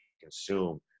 consume